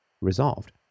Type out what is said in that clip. resolved